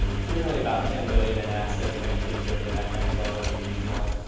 generally about ten billion in assets kind of kicks you up and in that next level of regional,